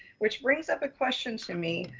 which brings up a question to me.